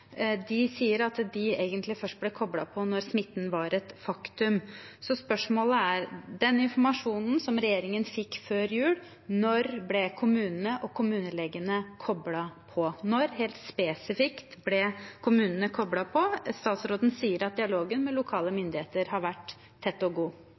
De sier at de egentlig først ble koplet på da smitten var et faktum. Så spørsmålet er: Når det gjelder den informasjonen som regjeringen fikk før jul, når ble kommunene og kommunelegene koplet på? Når, helt spesifikt, ble kommunene koplet på? Statsråden sier at dialogen med lokale myndigheter har vært tett og god.